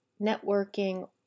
networking